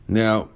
now